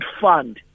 fund